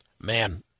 Man